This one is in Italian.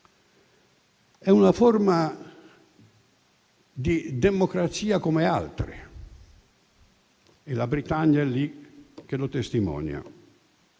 è una forma di democrazia come altre e la Britannia è lì che lo testimonia.